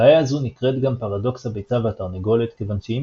בעיה זו נקראת גם פרדוקס הביצה והתרנגולת כיוון שאם